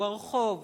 הוא הרחוב,